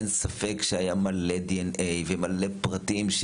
אין ספק שהיה מלאDNA ומלא פרטים.